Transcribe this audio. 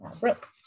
Brooke